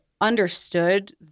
understood